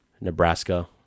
Nebraska